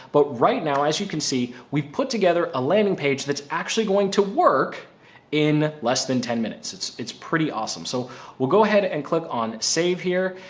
but right now, as you can see, we've put together a landing page that's actually going to work in less than ten minutes. it's it's pretty awesome. so we'll go ahead and click on save here.